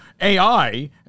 AI